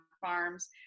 farms